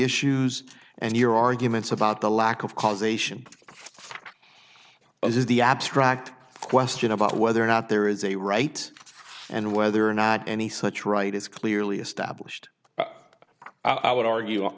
issues and your arguments about the lack of causation for as is the abstract question about whether or not there is a right and whether or not any such right is clearly established i would argue